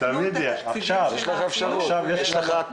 אי-אפשר להבין את